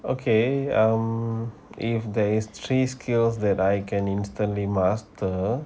okay um if there is three skills that I can instantly master